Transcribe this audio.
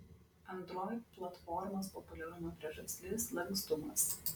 android platformos populiarumo priežastis lankstumas